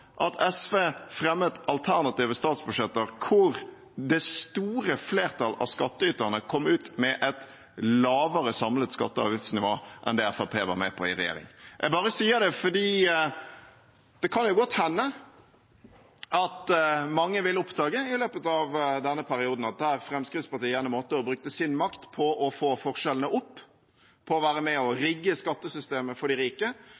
at SV fremmet et alternativt statsbudsjett hvor det store flertall av skattyterne kom ut med et lavere samlet skatte- og avgiftsnivå enn det Fremskrittspartiet var med på i regjering. Jeg bare sier det, for det kan godt hende at mange vil oppdage i løpet av denne perioden at der Fremskrittspartiet gjennom åtte år brukte sin makt på å få forskjellene opp, på å være med og rigge skattesystemet for de rike,